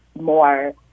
more